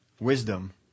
Wisdom